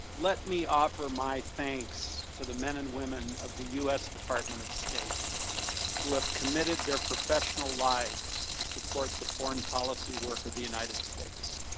let me offer my thanks to the men and women of the u s. department of state who have committed their professional lives to support the foreign policy work of the united states.